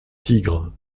tigre